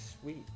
sweet